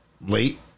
Late